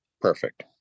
perfect